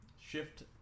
Shift